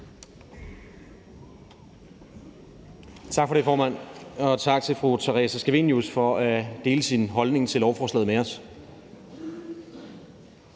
Tak for det, formand. Og tak til fru Theresa Scavenius for at dele sin holdning til lovforslaget med os.